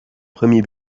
premier